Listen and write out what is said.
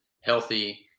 healthy